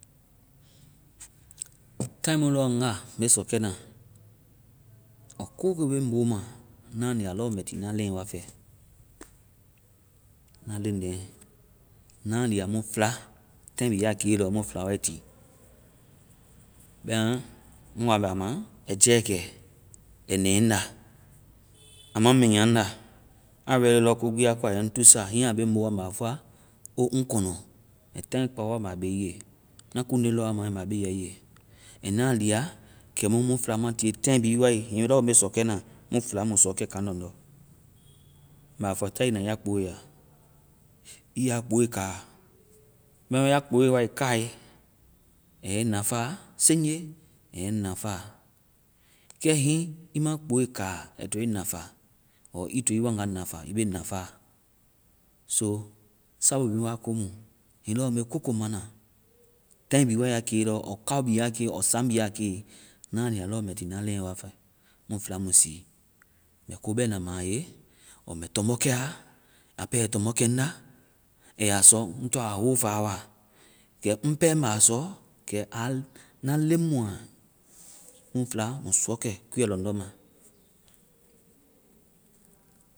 Táai mu lɔɔ ŋga, mbe sɔkɛ na, kooko be ŋ boo ma, na lia lɔ mɛ ti na leŋ wa fɛ. Na leŋlen, na lia mu fla, táai bhii a kee lɔɔ, mu fla wai ti. bɛma ŋ waa mbɛ a ma ai jɛkɛ. Ai nɛ ŋ na. A ma miinya nda. Aa ready lɔɔ kogbi a, aa yɛ ŋ tuusa, hiŋi a be ŋ bowɔ mbɛ a fɔa, o, ŋ kɔnɔ. Mbɛ táai kpao wa mbɛ a be ii ye. Na kuŋnde lɔ a mai, mɛ a beya ii ye. And na lia, kɛmu mu fla mua tiie-táai bhii wae hiŋi lɔ me sɔkɛ na, mu fla mui sɔkɛ kaŋlɔŋdɔ. Mɛ a fɔ, ta ii na ya kpoe ya. Ii ya̍ kpoe kaa. Bɛma ya kpoɛ wae kae, aa yɛ ii nafaa, seŋje a yɛ ii nafaa. Kɛ hiŋi ii ma kpoe kaa ai to i nafaa ɔɔ ii to ii wanga nafaa, ii be ŋ nafaa. so sabu bi wa komu hiŋi lɔ me kooko mana, taai bhii wae a ke lɔ, ɔɔ kao bi a ke ɔɔ saaŋ bi a ke, na lia lɔ mɛ ti na leŋ wa fɛ. Mu fla mui sii. Mɛ ko bɛna ma a ye ɔɔ tɔmbɔkɛ a. A pɛ ai tɔmbɔkɛ ŋda ai ya sɔ kɛ ŋ tɔŋ a wo faa wa. kɛ ŋ pɛ mɛ a sɔ kɛ aŋ-na leŋ mu a. Mu fla, mui sɔkɛ kuuɛ lɔŋdɔ ma.